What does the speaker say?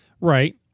Right